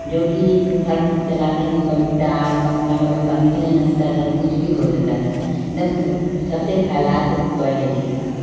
जो कि फालतू चलाते भी वो तार पंखा कभी पंखे नहीं नाचता तो कुछ भी हो जाता था एकदम खड़ सबसे खराब त्वॉलिटी था